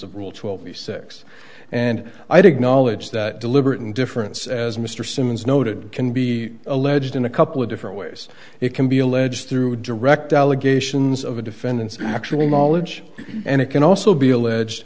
of rule twelve the six and i did knowledge that deliberate indifference as mr simmons noted can be alleged in a couple of different ways it can be alleged through direct allegations of a defendant's actually knowledge and it can also be alleged